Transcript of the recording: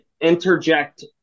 interject